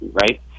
right